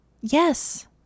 yes